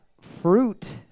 fruit